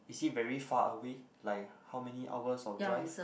is it very far away like how many hours of drive